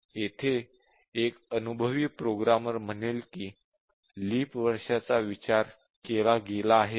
येथे एक अनुभवी प्रोग्रामर म्हणेल की लीप वर्षांचा विचार केला गेला आहे का